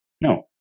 no